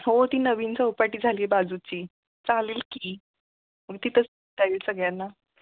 हो ती नवीन चौपाटी झाली बाजूची चालेल की मग तिथं सगळ्यांना